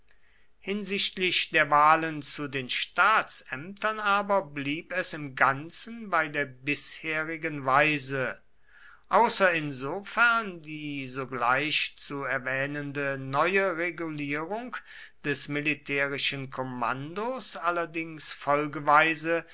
hinsichtlich der wahlen zu den staatsämtern aber blieb es im ganzen bei der bisherigen weise außer insofern die sogleich zu erwähnende neue regulierung des militärischen kommandos allerdings folgeweise